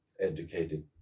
educated